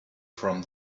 from